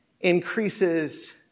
increases